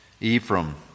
Ephraim